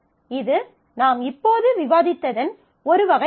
இது நாம் இப்போது விவாதித்ததன் ஒரு வகை ஆகும்